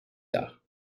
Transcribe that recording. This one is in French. tard